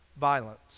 violence